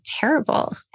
terrible